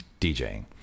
DJing